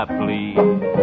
please